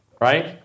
right